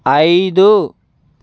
ఐదు